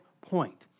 point